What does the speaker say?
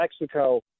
Mexico